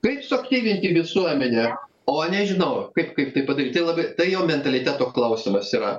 kaip suaktyvinti visuomenę o nežinau kaip kaip tai padaryt tai labai tai jau mentaliteto klausimas yra